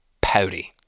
pouty